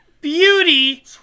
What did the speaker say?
beauty